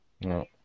No